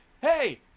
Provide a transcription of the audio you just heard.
Hey